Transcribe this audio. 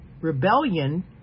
Rebellion